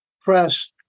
press